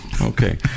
Okay